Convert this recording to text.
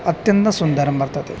अत्यन्तं सुन्दरं वर्तते